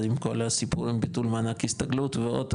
עם כל הסיפור עם ביטול מענק הסתגלות ועוד,